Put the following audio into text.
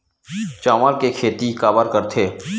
चावल के खेती काबर करथे?